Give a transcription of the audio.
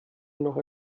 noch